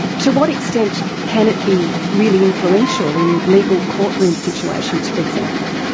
to what extent can it be really influential in legal courtroom situations for example?